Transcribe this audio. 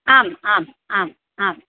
आम् आम् आम् आम्